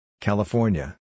California